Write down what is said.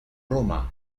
roma